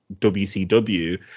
WCW